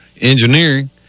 Engineering